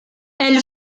elle